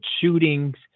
shootings